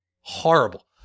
horrible